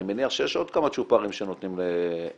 אני מניח שיש עוד כמה צ'ופרים שנותנים לחיילים